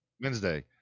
wednesday